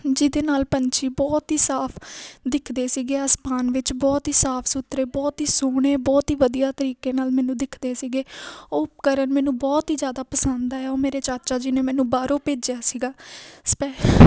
ਜਿਹਦੇ ਨਾਲ ਪੰਛੀ ਬਹੁਤ ਹੀ ਸਾਫ ਦਿਖਦੇ ਸੀਗੇ ਅਸਮਾਨ ਵਿੱਚ ਬਹੁਤ ਹੀ ਸਾਫ ਸੁਥਰੇ ਬਹੁਤ ਹੀ ਸੋਹਣੇ ਬਹੁਤ ਹੀ ਵਧੀਆ ਤਰੀਕੇ ਨਾਲ ਮੈਨੂੰ ਦਿਖਦੇ ਸੀਗੇ ਉਹ ਉਪਕਰਨ ਮੈਨੂੰ ਬਹੁਤ ਹੀ ਜ਼ਿਆਦਾ ਪਸੰਦ ਆਇਆ ਉਹ ਮੇਰੇ ਚਾਚਾ ਜੀ ਨੇ ਮੈਨੂੰ ਬਾਹਰੋਂ ਭੇਜਿਆ ਸੀਗਾ ਸਪੈ